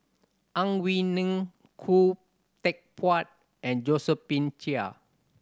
Ang Wei Neng Khoo Teck Puat and Josephine Chia